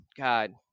God